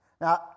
Now